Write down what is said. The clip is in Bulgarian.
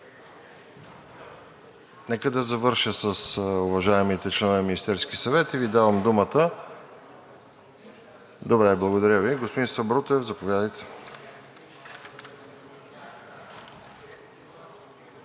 Нека да завърша с уважаемите членове на Министерския съвет и Ви давам думата. Добре, благодаря Ви. Господин Сабрутев, заповядайте.